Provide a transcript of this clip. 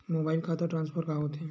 Mobile खाता transfer का होथे?